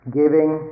giving